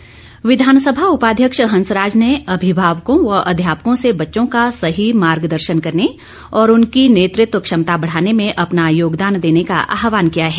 हंसराज विधानसभा उपाध्यक्ष हंसराज ने अभिभावकों व अध्यापकों से बच्चों का सही मार्ग दर्शन करने और उनकी नेतृत्व क्षमता बढ़ाने में अपना योगदान देने का आहवान किया है